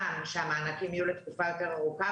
גם שהמענקים יהיו לתקופה יותר ארוכה,